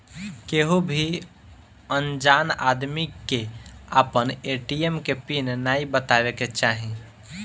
केहू भी अनजान आदमी के आपन ए.टी.एम के पिन नाइ बतावे के चाही